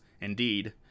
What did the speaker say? indeed